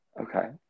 Okay